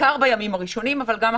בעיקר בימים הראשונים, אבל גם אחר כך.